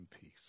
peace